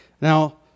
Now